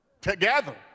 Together